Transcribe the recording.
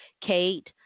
Kate